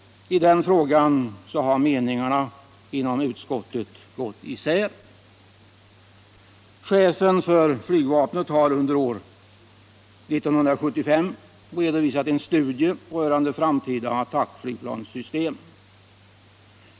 I denna fråga har meningarna inom utskottet gått isär. Chefen för flygvapnet har under år 1975 redovisat en studie rörande framtida attackflygplanssystem.